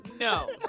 No